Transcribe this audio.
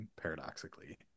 paradoxically